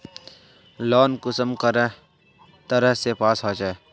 Loan कुंसम करे तरह से पास होचए?